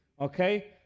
okay